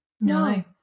No